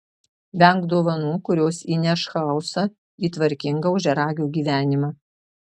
venk dovanų kurios įneš chaosą į tvarkingą ožiaragio gyvenimą